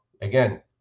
again